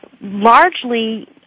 largely